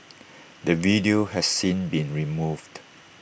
the video has since been removed